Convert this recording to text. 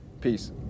Peace